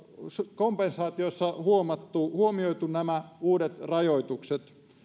kompensaatiossa huomioitu nämä uudet rajoitukset